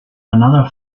another